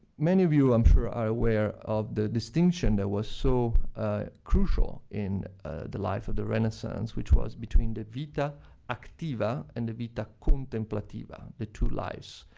many of you, i'm sure, are aware of the distinction that was so crucial in the life of the renaissance, which was between the vita activa and the vita contemeplativa, the two lives,